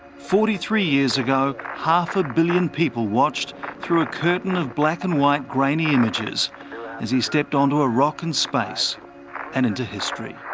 forty three years ago, half a billion people watched through a curtain of black-and-white grainy images as he stepped onto a rock in space and into history.